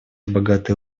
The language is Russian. богатый